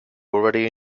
already